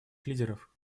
лидеров